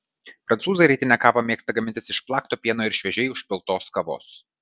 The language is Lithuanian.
prancūzai rytinę kavą mėgsta gamintis iš plakto pieno ir šviežiai užpiltos kavos